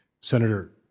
Senator